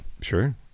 sure